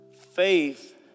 Faith